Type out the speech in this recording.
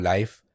Life